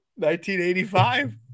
1985